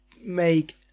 make